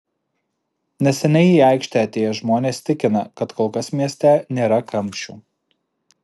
neseniai į aikštę atėję žmonės tikina kad kol kas mieste nėra kamščių